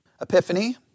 Epiphany